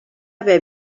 haver